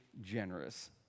generous